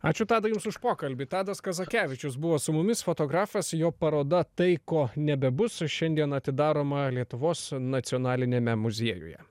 ačiū tadai jums už pokalbį tadas kazakevičius buvo su mumis fotografas jo paroda tai ko nebebus šiandien atidaroma lietuvos nacionaliniame muziejuje